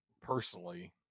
personally